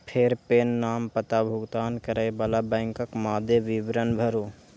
फेर पेन, नाम, पता, भुगतान करै बला बैंकक मादे विवरण भरू